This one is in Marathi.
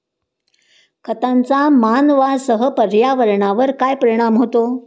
खतांचा मानवांसह पर्यावरणावर काय परिणाम होतो?